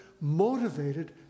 motivated